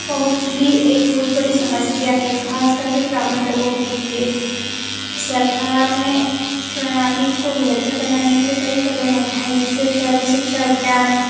पहुंच भी एक बहुत बड़ी समस्या है ख़ास कर के ग्रामीण लोगों के लिए सरकार ने प्रणाली को बेहतर बनाने के लिए कई क़दम उठाएं जैसे सर्व शिक्षा अभियान